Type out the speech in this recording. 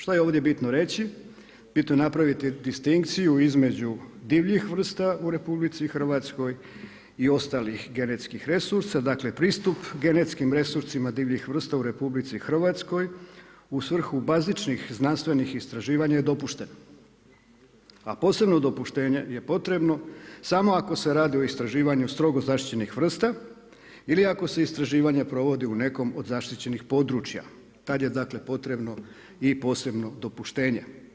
Šta je ovdje bitno reći, bitno je napraviti distinkciju između divljih vrsta u RH i ostalih genetskih resursa, dakle pristup genetskim resursima divljih vrsta u RH u svrhu bazičnih znanstvenih istraživanja je dopušteno, a posebno dopuštenje je potrebno samo ako se radi o istraživanju strogo zaštićenih vrsta ili ako se istraživanja provode u nekom od zaštićenih područja, tada je potrebno i posebno dopuštenje.